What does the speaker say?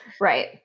Right